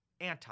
anti